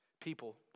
people